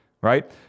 right